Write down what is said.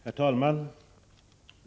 Herr talman!